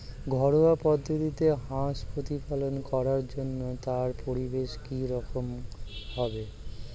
ঘরোয়া পদ্ধতিতে হাঁস প্রতিপালন করার জন্য তার পরিবেশ কী রকম হবে?